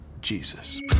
Jesus